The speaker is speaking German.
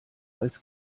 als